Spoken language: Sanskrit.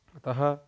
अतः